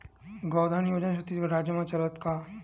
गौधन योजना छत्तीसगढ़ राज्य मा चलथे का?